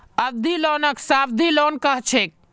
अवधि लोनक सावधि लोन कह छेक